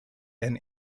and